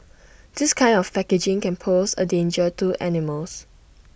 this kind of packaging can pose A danger to animals